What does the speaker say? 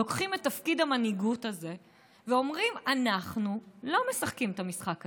לוקחים את תפקיד המנהיגות הזה ואומרים: אנחנו לא משחקים את המשחק הזה.